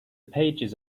pages